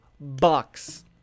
bucks